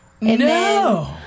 No